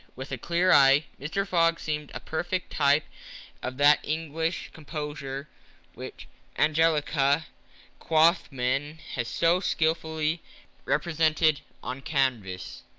with a clear eye, mr. fogg seemed a perfect type of that english composure which angelica kauffmann has so skilfully represented on canvas.